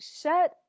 shut